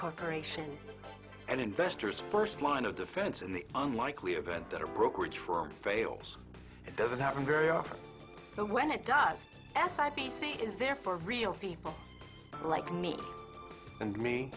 corporation and investors first line of defense in the unlikely event that a brokerage firm fails it doesn't happen very often but when it does s i p c is there for real people like me and me